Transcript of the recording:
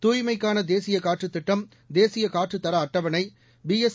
தூய்மைக்கான தேசிய காற்று திட்டம் தேசிய காற்று தர அட்டவணை பிஎஸ்